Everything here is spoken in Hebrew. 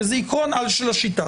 כי זה עקרון על של השיטה,